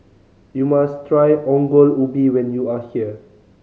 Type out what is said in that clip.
you must try Ongol Ubi when you are here